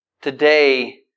today